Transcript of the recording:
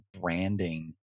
branding